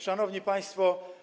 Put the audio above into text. Szanowni Państwo!